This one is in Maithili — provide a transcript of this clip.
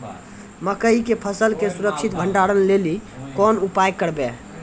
मकई के फसल के सुरक्षित भंडारण लेली कोंन उपाय करबै?